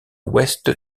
west